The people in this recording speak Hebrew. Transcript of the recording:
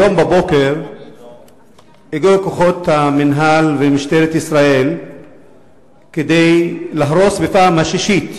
הבוקר הגיעו כוחות המינהל ומשטרת ישראל כדי להרוס בפעם השישית